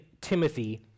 Timothy